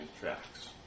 tracks